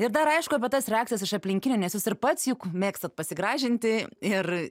ir dar aišku apie tas reakcijas iš aplinkinių nes jūs ir pats juk mėgstat pasigražinti ir